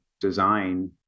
design